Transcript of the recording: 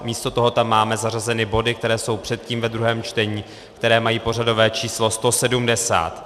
Místo toho tam máme zařazeny body, které jsou předtím ve druhém čtení, které mají pořadové číslo 170.